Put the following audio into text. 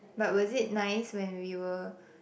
but was it nice when we were